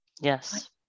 Yes